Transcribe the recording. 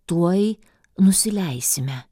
tuoj nusileisime